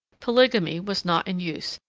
polygamy was not in use,